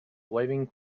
waving